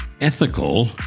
ethical